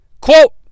Quote